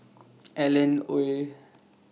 Alan Oei